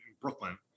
Brooklyn